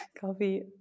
Coffee